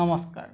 নমস্কাৰ